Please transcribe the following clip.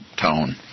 tone